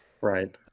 Right